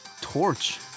torch